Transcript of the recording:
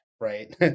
right